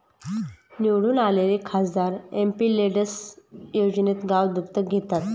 निवडून आलेले खासदार एमपिलेड्स योजनेत गाव दत्तक घेतात